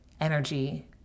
energy